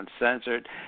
Uncensored